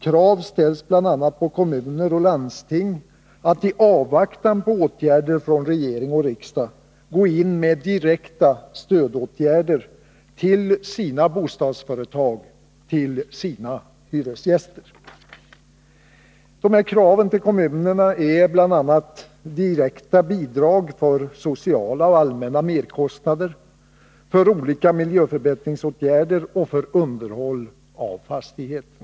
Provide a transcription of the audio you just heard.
Krav ställs bl.a. på kommuner och landsting att i avvaktan på åtgärder från regering och riksdag gå in med direkta stödåtgärder till sina bostadsföretag, till sina hyresgäster. Kraven till kommunerna gäller bl.a. direkta bidrag för sociala och allmänna merkostnader, för olika miljöförbättringsåtgärder och för underhåll av fastigheterna.